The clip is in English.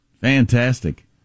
Fantastic